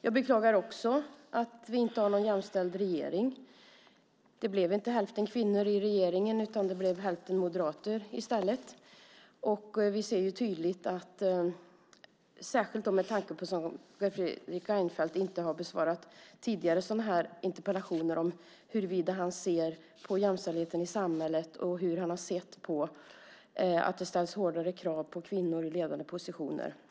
Jag beklagar också att vi inte har någon jämställd regering. Det blev inte hälften kvinnor i regeringen, utan det blev hälften moderater i stället. Vi ser det här tydligt, särskilt med tanke på att Fredrik Reinfeldt inte heller tidigare har besvarat sådana här interpellationer om hur han ser på jämställdheten i samhället och hur han ser på att det ställs hårdare krav på kvinnor i ledande positioner.